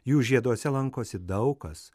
jų žieduose lankosi daug kas